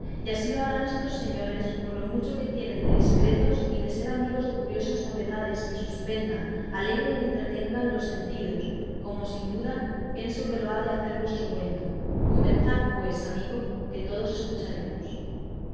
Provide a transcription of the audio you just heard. y así lo harán todos estos señores por lo mucho que tienen de discretos y de ser amigos de curiosas novedades que suspendan alegren y entretengan los sentidos como sin duda pienso que lo ha de hacer vuestro cuento comenzad pues amigo que todos escucharemos